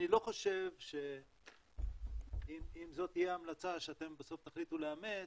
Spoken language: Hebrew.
אני לא חושב שאם זו תהיה ההמלצה שאתם בסוף תחליטו ל אמץ,